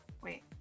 Wait